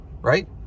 right